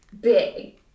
big